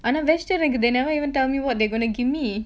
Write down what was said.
ஆனா:aanaa vegetarian they never even tell me what they gonna give me